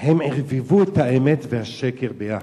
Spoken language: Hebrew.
הם ערבבו את האמת ואת השקר ביחד,